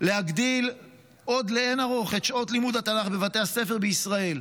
להגדיל עוד לאין-ערוך את שעות לימוד התנ"ך בבתי הספר בישראל.